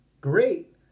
great